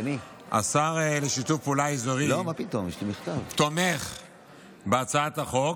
השר לשיתוף פעולה אזורי תומך בהצעת החוק.